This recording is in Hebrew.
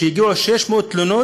שהגיעו 600 תלונות